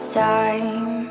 time